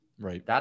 Right